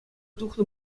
тухнӑ